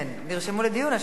נרשמו לדיון.